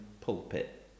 pulpit